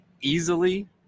easily